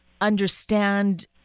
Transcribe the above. understand